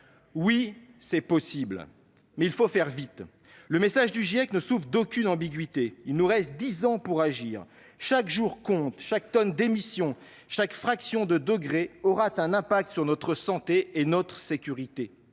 oui, c'est possible, mais il faut faire vite. Le message du GIEC ne souffre d'aucune ambiguïté : il nous reste dix ans pour agir. Chaque jour compte, chaque tonne d'émissions, chaque fraction de degré aura un impact sur notre santé et notre sécurité.